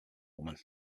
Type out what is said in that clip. woman